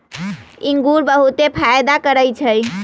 इंगूर बहुते फायदा करै छइ